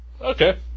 Okay